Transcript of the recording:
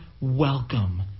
welcome